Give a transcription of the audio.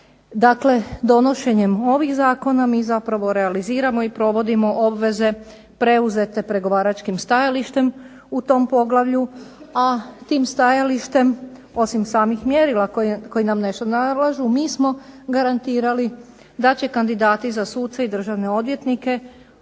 Dakle, donošenjem ovih zakona mi zapravo realiziramo i provodimo obveze preuzete pregovaračkim stajalištem u tom poglavlju, a tim stajalištem osim samih mjerila koji nam nešto nalažu mi smo garantirali da će kandidati za suce i državne odvjetnika,